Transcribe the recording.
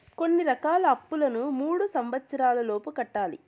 కొన్ని రకాల అప్పులను మూడు సంవచ్చరాల లోపు కట్టాలి